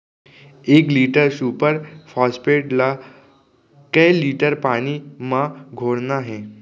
एक litre super phosphate ला कए लीटर पानी मा घोरना हे?